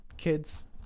Kids